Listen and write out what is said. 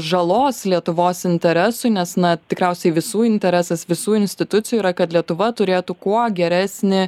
žalos lietuvos interesui nes na tikriausiai visų interesas visų institucijų yra kad lietuva turėtų kuo geresnį